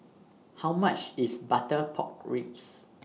How much IS Butter Pork Ribs